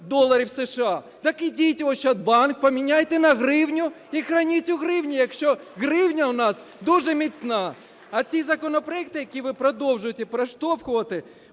доларів США. Так ідіть в Ощадбанк, поміняйте на гривню і храніть у гривні, якщо гривня у нас дуже міцна. А ці законопроекти, які ви продовжуєте проштовхувати,